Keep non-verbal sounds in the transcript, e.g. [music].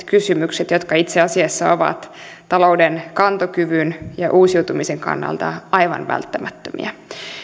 [unintelligible] kysymyksiä jotka itse asiassa ovat talouden kantokyvyn ja uusiutumisen kannalta aivan välttämättömiä